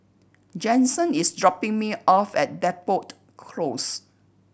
Jensen is dropping me off at Depot Close